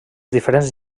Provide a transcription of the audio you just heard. diferents